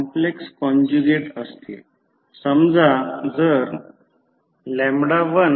1 देण्यात आला म्हणजेच प्रतिबाधा प्रत्यक्षात ०